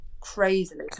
crazily